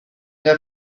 n’a